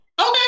Okay